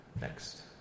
Next